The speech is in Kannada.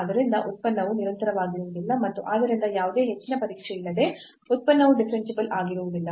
ಆದ್ದರಿಂದ ಉತ್ಪನ್ನವು ನಿರಂತರವಾಗಿರುವುದಿಲ್ಲ ಮತ್ತು ಆದ್ದರಿಂದ ಯಾವುದೇ ಹೆಚ್ಚಿನ ಪರೀಕ್ಷೆಯಿಲ್ಲದೆ ಉತ್ಪನ್ನವು ಡಿಫರೆನ್ಸಿಬಲ್ ಆಗಿರುವುದಿಲ್ಲ